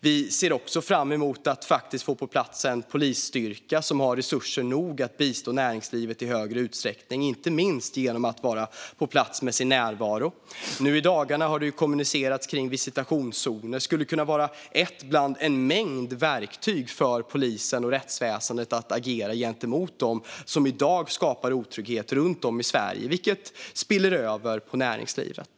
Vi ser också fram emot att få på plats en polisstyrka som har resurser nog att bistå näringslivet i högre utsträckning, inte minst genom sin närvaro. Nu i dagarna har det kommunicerats kring visitationszoner, och det skulle ett bland en mängd verktyg för polis och rättsväsen att agera mot dem som i dag skapar otrygghet runt om i Sverige, vilket spiller över på näringslivet.